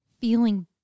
feeling